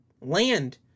land